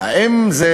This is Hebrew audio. האם זה